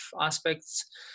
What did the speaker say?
aspects